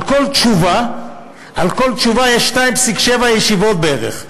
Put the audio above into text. על כל תשובה יש 2.7 ישיבות בערך.